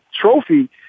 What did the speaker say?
trophy